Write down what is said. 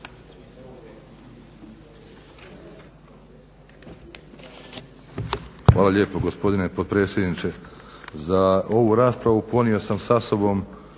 Hvala lijepo gospodine potpredsjedniče. Za ovu raspravu ponio sam sa sobom